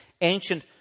ancient